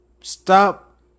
Stop